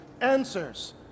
answers